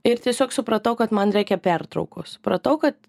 ir tiesiog supratau kad man reikia pertraukos supratau kad